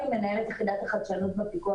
ומה שאתם רואים כאן הכחול זה האשראי הבנקאי,